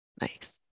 Nice